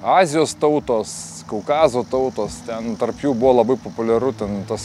azijos tautos kaukazo tautos ten tarp jų buvo labai populiaru ten tas